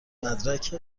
مدرک